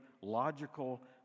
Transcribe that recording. logical